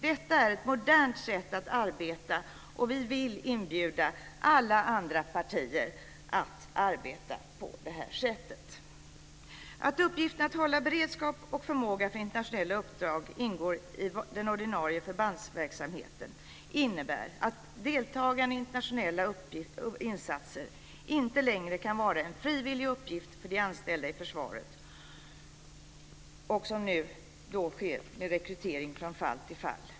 Detta är ett modernt sätt att arbeta, och vi vill inbjuda alla andra partier att arbeta på det här sättet. Att uppgiften att hålla beredskap och förmåga för internationella uppdrag ingår i den ordinarie förbandsverksamheten innebär att deltagande i internationella insatser inte längre kan vara en frivillig uppgift för de anställda i försvaret, som nu sker med rekrytering från fall till fall.